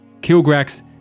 Kilgrax